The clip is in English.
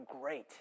great